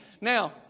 Now